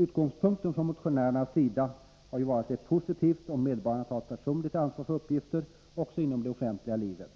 Utgångspunkten för motionärerna har varit att det är positivt om medborgarna tar personligt ansvar för uppgifter också inom det offentliga livet.